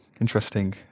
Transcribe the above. Interesting